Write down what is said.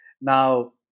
Now